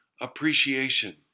appreciation